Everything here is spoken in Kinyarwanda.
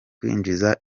kwinjiza